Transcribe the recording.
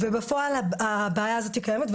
בפועל הבעיה הזאת קיימת,